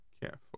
careful